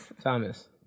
Thomas